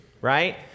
right